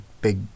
big